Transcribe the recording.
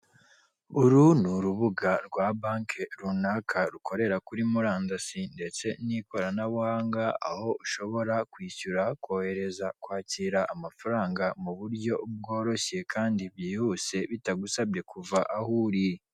Uru ni urubuga rwa banke runaka rukorera kuri murandasi ndetse n'ikoranabuhanga, aho ushobora kwishyura, kohereza, kwakira amafaranga mu buryo bworoshye kandi byihuse, bitagusabye kuva aho uri.